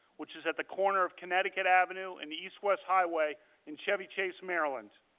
which is at the corner of connecticut avenue and east west highway in chevy chase, maryland.